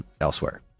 elsewhere